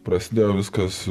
prasidėjo viskas